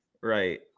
Right